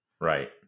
Right